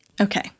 Okay